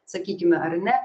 sakykime ar ne